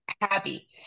happy